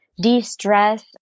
de-stress